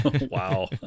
Wow